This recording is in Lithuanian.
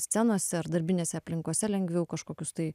scenose ar darbinėse aplinkose lengviau kažkokius tai